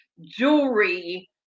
jewelry